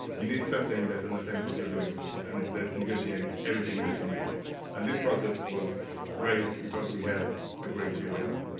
you need something that understands what you're doing and that negotiates everything that you need and this project was great because we had a great cheerleader